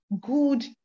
good